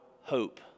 hope